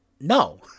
no